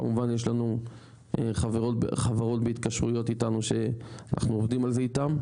כמובן יש לנו חברות בהתקשרויות איתנו שאנחנו עובדים על זה איתם,